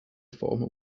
former